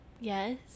yes